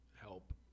help